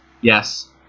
Yes